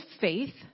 faith